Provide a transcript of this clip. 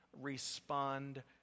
respond